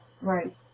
right